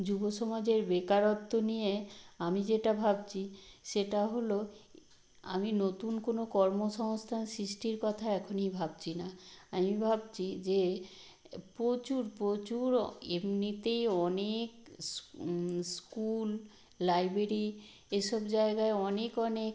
যুব সমাজের বেকারত্ব নিয়ে আমি যেটা ভাবছি সেটা হলো আমি নতুন কোনো কর্ম সংস্থান সৃষ্টির কথা এখনই ভাবছি না আমি ভাবছি যে প্রচুর প্রচুর অ এমনিতেই অনেকস্ স্কুল লাইবেরি এসব জায়গায় অনেক অনেক